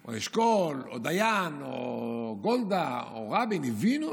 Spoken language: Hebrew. או אשכול או דיין או גולדה או רבין הבינו.